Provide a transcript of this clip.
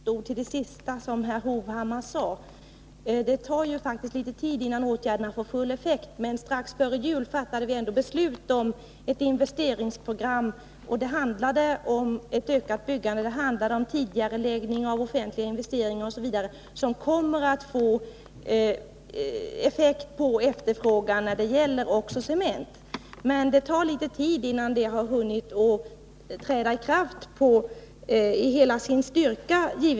Herr talman! Jag måste få säga några ord i anslutning till det senaste som herr Hovhammar yttrade. Det tar faktiskt litet tid innan åtgärderna får full effekt, men strax före jul fattade vi ändå beslut om ett investeringsprogram, som handlade om ett ökat byggande, om tidigareläggning av offentliga investeringar osv. Det beslutet kommer att få effekt på efterfrågan också när det gäller cement, men det tar givetvis litet tid innan det har hunnit träda i kraft med hela sin styrka.